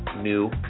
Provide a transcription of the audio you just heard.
new